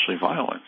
violent